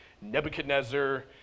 Nebuchadnezzar